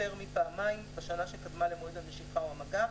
יותר מפעמיים בשנה שקדמה למועד הנשיכה או המגע,